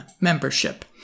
membership